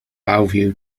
bellevue